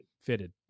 Fitted